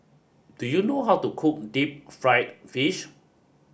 do you know how to cook deep fried fish